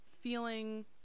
feeling